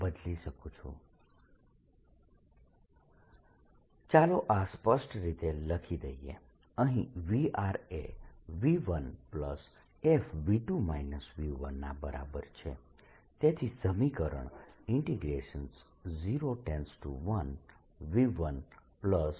W214π0122rV2rdV122rV2surfacerds ચાલો આ સ્પષ્ટ રીતે લખી દઇએ અહીં Vrએ V1fV2 V1 ના બરાબર છે તેથી સમીકરણ 01V1fV2 V12 1df dr થશે